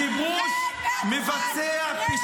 רד למטה, רד